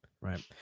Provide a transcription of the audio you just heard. Right